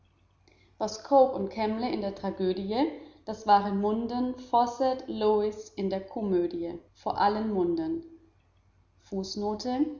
was cooke und kemble in der tragödie das waren munden fawcett lewis in der komödie vor allem munden